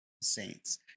Saints